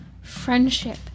friendship